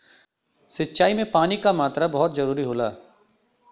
सिंचाई में पानी क मात्रा बहुत जरूरी होला